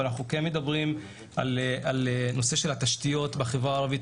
אבל אנחנו מדברים על נושא התשתיות בחברה הערבית,